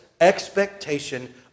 expectation